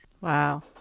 wow